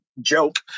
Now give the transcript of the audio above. joke